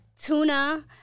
Tuna